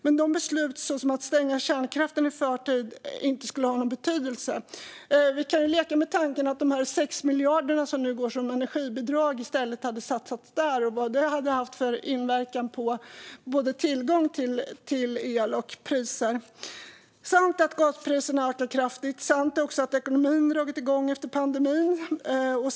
Men beslut såsom att stänga kärnkraften i förtid skulle inte ha någon betydelse. Vi kan leka med tanken att de 6 miljarder som nu går som energibidrag i stället skulle ha satsats på kärnkraften och vad det skulle ha haft för inverkan på både tillgång till el och priser. Sant är att gaspriserna har höjts kraftigt. Sant är också att ekonomin har dragit igång efter pandemin.